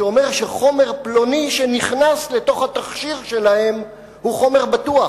שאומר שחומר פלוני שנכנס לתוך התכשיר שלהם הוא חומר בטוח.